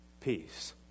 peace